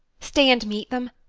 stay and meet them.